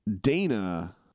Dana